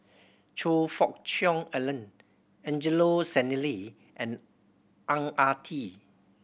Choe Fook Cheong Alan Angelo Sanelli and Ang Ah Tee